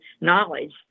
knowledge